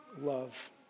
love